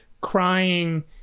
crying